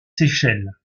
seychelles